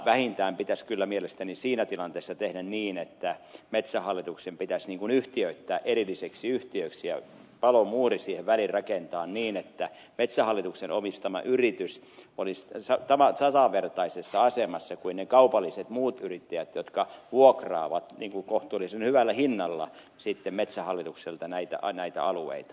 vähintään pitäisi kyllä mielestäni siinä tilanteessa tehdä niin että metsähallitus pitäisi yhtiöittää erillisiksi yhtiöiksi ja palomuuri siihen väliin rakentaa niin että metsähallituksen omistama yritys olisi tasavertaisessa asemassa kuin ne muut kaupalliset yrittäjät jotka vuokraavat kohtuullisen hyvällä hinnalla metsähallitukselta näitä alueita